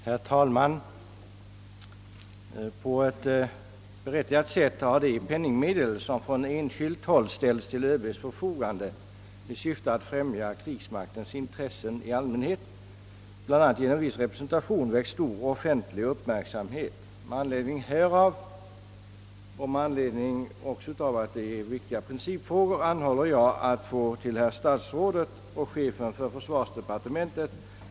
Herr talman! På ett berättigat sätt har de penningmedel som från enskilt håll ställts till ÖB:s förfogande i syfte att främja krigsmaktens intressen i allmänhet, bl.a. genom viss representation, väckt stor offentlig uppmärksamhet. Det rör sig inte endast om betydande penningbelopp — över 100 000 kronor sedan 1961 — som utan offentlig insyn kunnat disponeras av ÖB och chefen för försvarsstaben, utan också om viktiga principfrågor beträffande lämpligheten av att enskilda på sätt som här skett bereds tillfälle påverka publicitet och information på ett så centralt och viktigt område som försvaret.